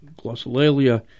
glossolalia